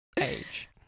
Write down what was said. age